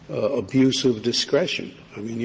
abuse of discretion? i mean, you